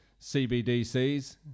CBDCs